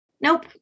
Nope